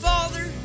Father